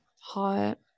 Hot